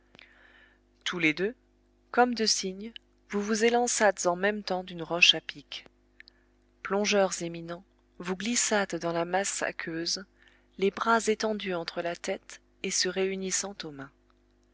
tous les deux comme deux cygnes vous vous élançâtes en même temps d'une roche à pic plongeurs éminents vous glissâtes dans la masse aqueuse les bras étendus entre la tête et se réunissant